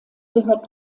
gehört